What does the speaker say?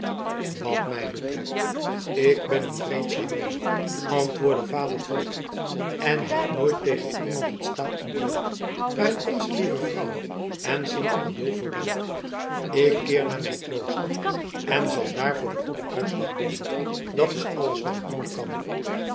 wat mij betreft ik ben een vreedzaam man antwoordde vader volkert en heb nooit tegen iemand het staal ontbloot waar ik o l vrouwe en sint odulf voor dank ik keer naar mijn klooster en zal daar voor den goeden uitslag bidden dat is alles wat ik doen kan